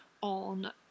on